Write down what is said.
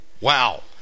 Wow